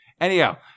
Anyhow